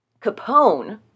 Capone